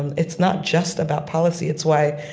and it's not just about policy. it's why,